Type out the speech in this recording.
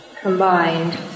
combined